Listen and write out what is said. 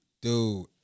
Dude